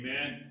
Amen